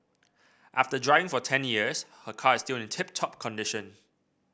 after driving for ten years her car is still in tip top condition